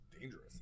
dangerous